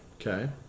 okay